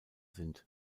sind